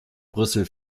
brüssel